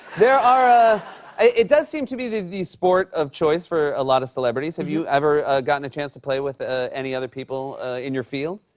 there are ah it does seem to be the the sport of choice for a lot of celebrities. have you ever gotten a chance to play with ah any other people in your field?